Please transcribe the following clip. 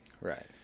right